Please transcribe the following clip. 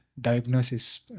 diagnosis